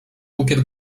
bukiet